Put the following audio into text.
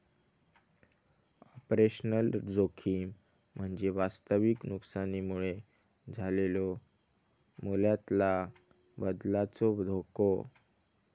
operational जोखीम म्हणजे वास्तविक नुकसानीमुळे झालेलो मूल्यातला बदलाचो धोको